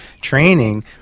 training